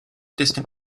distant